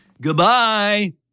Goodbye